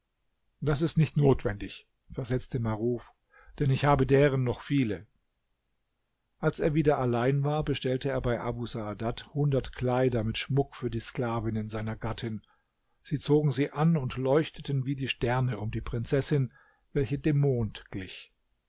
das ist nicht notwendig versetzte maruf denn ich habe deren noch viele als er wieder allein war bestellte er bei abu saadat hundert kleider mit schmuck für die sklavinnen seiner gattin sie zogen sie an und leuchteten wie die sterne um die prinzessin welche dem mond glich